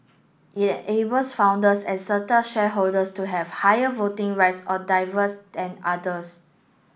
it enables founders and certain shareholders to have higher voting rights or diverse than others